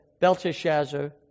Belteshazzar